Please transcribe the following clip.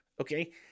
okay